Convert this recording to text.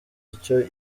icyo